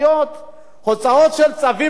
הוצאות של צווים משפטיים.